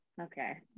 Okay